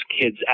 kids